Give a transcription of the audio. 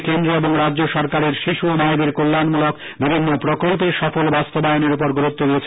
তিনি কেন্দ্র এবং রাজ্য সরকারের শিশু ও মায়েদের কল্যাণমূলক বিভিন্ন প্রকল্পে সফল বাস্তবায়নের উপর গুরুত্ব দিয়েছেন